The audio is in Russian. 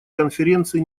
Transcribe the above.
конференции